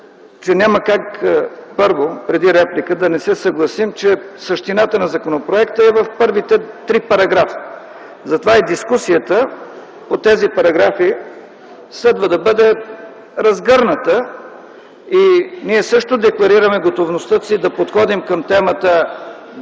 че няма как преди репликата да не се съгласим, че същината на законопроекта е в първите три параграфа. Затова и дискусията по тези параграфи следва да бъде разгърната. Ние също декларираме готовността си да подходим към темата